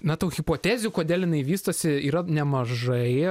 na tų hipotezių kodėl jinai vystosi yra nemažai